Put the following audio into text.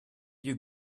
you